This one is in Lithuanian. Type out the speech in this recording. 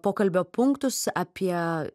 pokalbio punktus apie